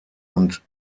und